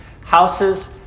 Houses